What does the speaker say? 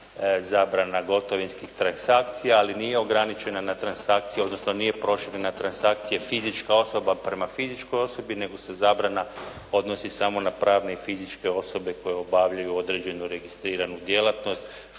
zabrana gotovinskih transakcija, ali nije ograničena, odnosno nije proširena transakcija fizička osoba prema fizičkoj osobi, nego se zabrana odnosi samo na pravne i fizičke osobe koje obavljaju određenu registriranu djelatnost,